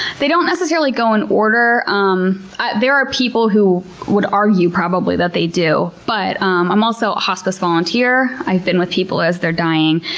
they don't necessarily go in order. um there are people who would argue, probably, that they do. but um i'm also a hospice volunteer i've been with people as they're dying,